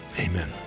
Amen